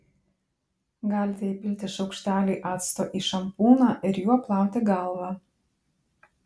galite įpilti šaukštelį acto į šampūną ir juo plauti galvą